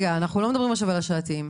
אנחנו לא מדברים עכשיו על השעתיים,